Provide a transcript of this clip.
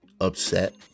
upset